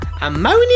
Ammonia